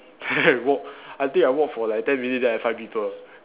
walk I think I walk for like ten minute then I find people